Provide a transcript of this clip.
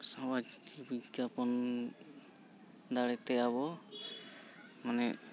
ᱥᱟᱢᱟᱡᱤᱠ ᱵᱤᱜᱽᱜᱟᱯᱚᱱ ᱫᱟᱲᱮᱛᱮ ᱟᱵᱚ ᱢᱟᱱᱮ